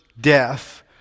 death